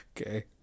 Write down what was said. Okay